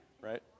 right